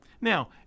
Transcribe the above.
Now